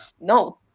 no